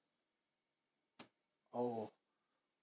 orh